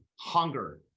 hunger